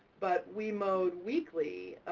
but we mowed weekly,